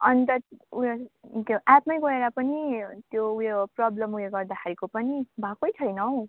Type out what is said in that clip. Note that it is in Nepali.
अन्त ऊ यो त्यो एप्पमै गएर पनि त्यो ऊ यो प्रबलम ऊ यो गर्दाखेरिको पनि भाएकै छैन हौ